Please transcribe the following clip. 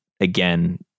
again